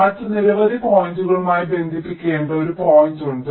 മറ്റ് നിരവധി പോയിന്റുകളുമായി ബന്ധിപ്പിക്കേണ്ട ഒരു പോയിന്റുണ്ട്